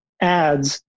ads